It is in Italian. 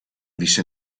visse